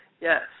Yes